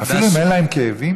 אפילו אם אין להם כאבים?